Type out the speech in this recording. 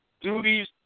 duties